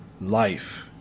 Life